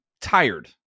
tired